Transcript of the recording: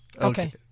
Okay